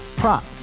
prop